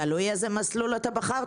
תלוי באיזה מסלול בחרת.